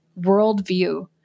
worldview